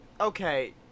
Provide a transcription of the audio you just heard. okay